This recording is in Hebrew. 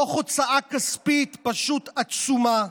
תוך הוצאה כספית פשוט עצומה,